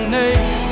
name